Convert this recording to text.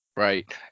Right